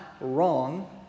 wrong